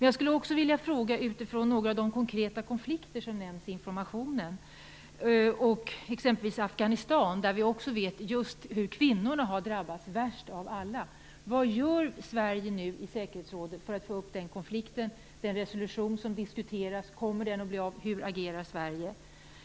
Jag skulle också vilja ställa ett par frågor utifrån några av de konkreta konflikter som nämns i informationen. Det gäller exempelvis Afghanistan där vi vet att just kvinnorna har drabbats värst av alla. Vad gör Sverige i säkerhetsrådet för att ta upp den konflikten och den resolution som diskuteras? Kommer den att bli av? Hur agerar Sverige?